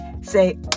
say